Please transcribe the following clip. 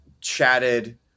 chatted